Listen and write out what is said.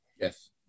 Yes